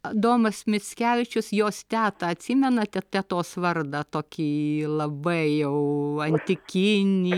adomas mickevičius jos tetą atsimenate tetos vardą tokį labai jau antikinį